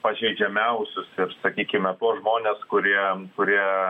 pažeidžiamiausius ir sakykime tuos žmones kurie kurie